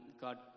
God